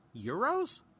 Euros